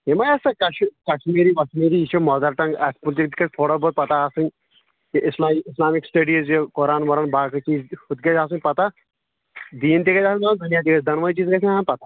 یِمے آسان کشمیٖری وشمیٖری یہِ چھِ مدر ٹنٛگ اَتھ مُتلِق گژھِ تھوڑا بہت پتاہ آسٕنۍ یہِ اِسلام اِسلامِک سٹیڈیٖز یہِ قرآن وران باقٕے چیٖز تہِ ہُتہِ گژھِ آسُن پتاہ دیٖن تہِ گژھِ آسُن تگُن دُنیاہ تہِ گژھِ تگُن دۅنوے چیٖز گژھَن آسِٕنۍ پتاہ